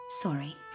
Sorry